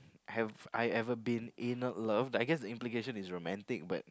I have I ever been in loved I guess the implication is romantic but